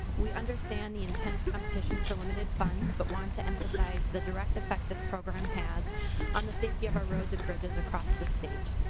we understand the intense competition for limited funds but want to emphasize the direct effect this program has on the safety of our roads and bridges across the state.